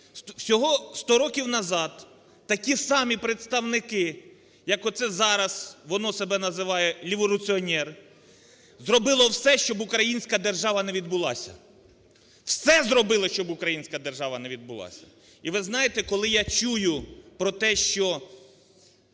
Всього 100 років назад такі ж самі представники, як оце зараз воно себе називає, "ліворуціонер", зробило все, щоб українська держава не відбулася. Все зробили, щоб українська держава не відбулася. І ви знаєте, коли я чую про те, що